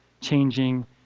changing